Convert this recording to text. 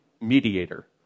mediator